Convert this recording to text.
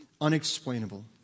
unexplainable